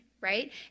right